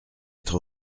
être